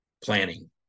planning